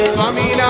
Swami